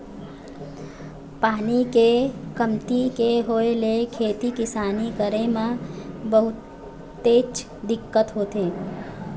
पानी के कमती के होय ले खेती किसानी करे म बहुतेच दिक्कत होथे